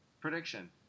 prediction